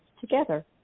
together